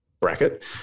bracket